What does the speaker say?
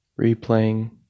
replaying